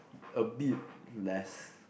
a bit less